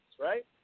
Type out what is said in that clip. right